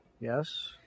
Yes